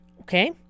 Okay